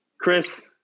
Chris